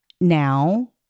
now